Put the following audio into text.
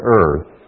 earth